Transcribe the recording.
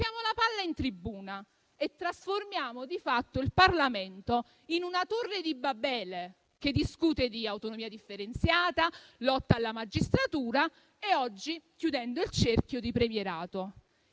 la palla in tribuna e trasformiamo di fatto il Parlamento in una torre di Babele che discute di autonomia differenziata, lotta alla magistratura e oggi, chiudendo il cerchio, di premierato.